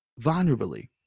vulnerably